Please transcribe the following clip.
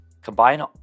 Combine